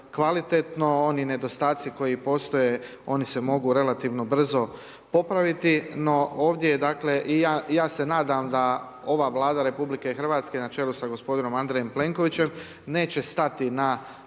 kvalitetno. Oni nedostaci koji postoje, oni se mogu relativno brzo popraviti, no ovdje je dakle, ja se nadam da ova Vlada Republike Hrvatske, na čelu sa gospodinom Andrejem Plenkovićem neće stati na